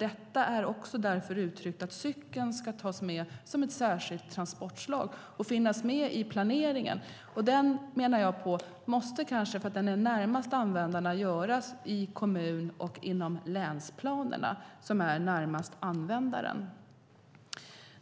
Därför är det uttryckt att cykeln ska tas med som ett särskilt transportslag och finnas med i planeringen. Detta måste kanske göras inom kommun och länsplanerna som är närmast användaren.